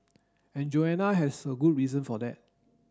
and Joanna has a good reason for that